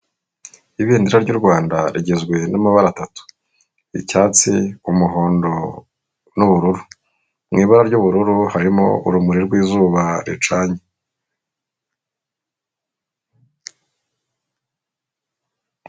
Ibendera ry'u Rwanda rigizwe n'amabara atatu, icyatsi, umuhondo n'ubururu, mu ibara ry'ubururu harimo urumuri rw'izuba ricanye.